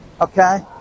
okay